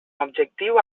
objectiu